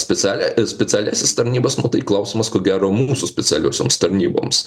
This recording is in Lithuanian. specialią specialiąsias tarnybas nu tai klausimas ko gero mūsų specialiosioms tarnyboms